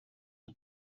you